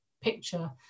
picture